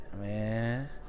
man